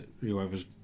Whoever's